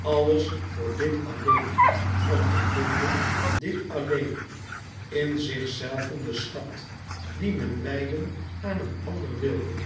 alles voor dt alleen om te louis couperus metamorfoze vinden dt alleen in zichzelven den schat dien men wijden aan een ander wilde